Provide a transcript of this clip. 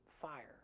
fire